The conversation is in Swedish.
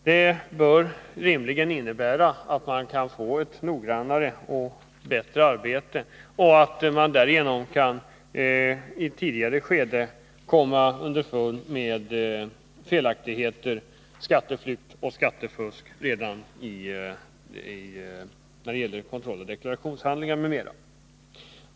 Det bör rimligen innebära att det blir ett noggrannare och bättre arbete och att man därigenom kan komma underfund med felaktigheter, skatteflykt och skattefusk i ett tidigare skede, redan vid kontrollen av deklarationshandlingar m.m.